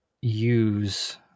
use